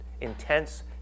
intense